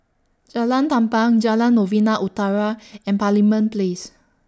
Jalan Tampang Jalan Novena Utara and Parliament Place